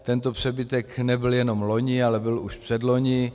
Tento přebytek nebyl jenom loni, ale byl už předloni.